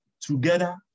together